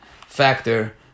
factor